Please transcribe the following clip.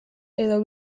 edo